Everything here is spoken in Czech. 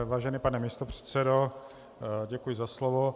Vážený pane místopředsedo, děkuji za slovo.